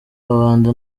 kabanda